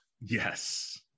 yes